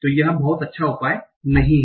तो यह एक अच्छा उपाय नहीं है